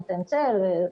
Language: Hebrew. נותן צל וכולי.